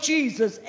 Jesus